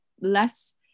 less